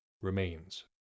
remains